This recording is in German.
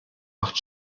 macht